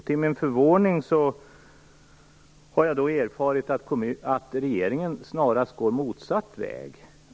Till min förvåning har jag erfarit att regeringen snarast går motsatt väg.